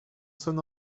son